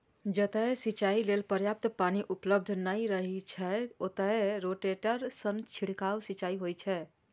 जतय सिंचाइ लेल पर्याप्त पानि उपलब्ध नै रहै छै, ओतय रोटेटर सं छिड़काव सिंचाइ होइ छै